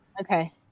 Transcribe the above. Okay